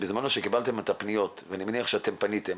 בזמנו כשקיבלתם את הפניות ואני מניח שפניתם,